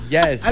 Yes